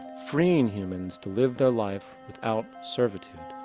freeing humans to live their life without servitude.